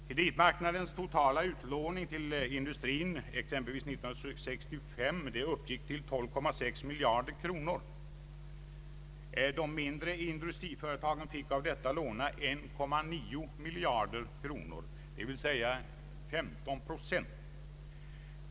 Kreditmarknadens totala utlåning till industrin uppgick exempelvis vid slutet av 1965 till 12,6 miljarder kronor. De mindre industriföretagen fick av detta låna 1,9 miljarder kronor, dvs. 15 procent.